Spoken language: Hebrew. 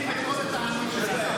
התשפ"ג 2022,